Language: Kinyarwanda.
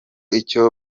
icyo